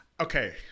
okay